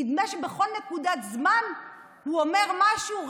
נדמה שבכל נקודת זמן הוא אומר משהו,